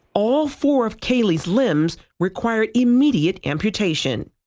all four of kaleigh's limbs required immediate amputation.